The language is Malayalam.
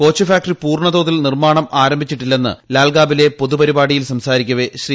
കോച്ചു ഫാക്ടറി പൂർണ തോതിൽ നിർമ്മാണം ആരംഭിച്ചിട്ടി ല്ലെന്ന് ലാൽഗബിലെ പൊതുപരിപാടിയിൽ സംസാരിക്കവെ ശ്രീ